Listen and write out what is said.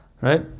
Right